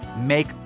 make